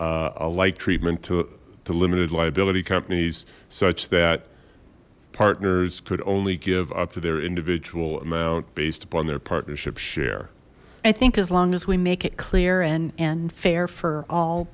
provision a light treatment to the limited liability companies such that partners could only give up to their individual amount based upon their partnership share i think as long as we make it clear and and fair for all